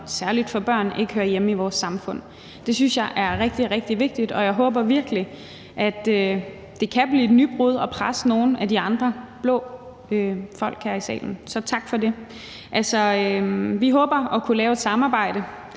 særlig for børn, ikke hører hjemme i vores samfund. Det synes jeg er rigtig, rigtig vigtigt, og jeg håber virkelig, at det kan blive et nybrud og presse nogle af de andre blå folk her i salen. Så tak for det. Altså, vi håber at kunne lave et samarbejde